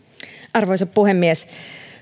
arvoisa puhemies